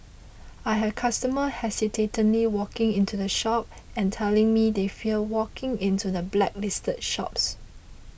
I have customer hesitantly walking into the shop and telling me they fear walking into the blacklisted shops